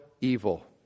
evil